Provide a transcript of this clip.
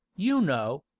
you know,